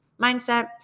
mindset